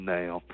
now